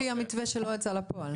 לפי המתווה שלא יצא לפועל.